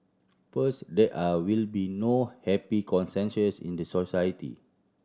first there are will be no happy consensus in the society